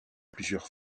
plusieurs